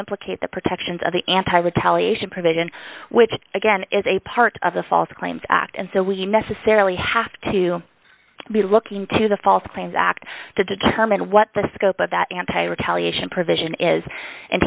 implicate the protections of the anti retaliation provision which again is a part of the false claims act and so we necessarily have to be looking to the false claims act to determine what the scope of that anti retaliation provision is and